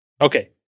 Okay